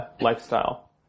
lifestyle